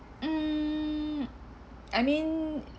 mm I mean